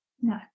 no